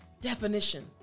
definition